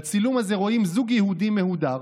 בצילום הזה רואים זוג יהודים מהודר,